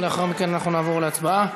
ולאחר מכן אנחנו נעבור להצבעות.